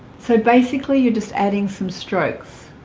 so basically you're just adding some strokes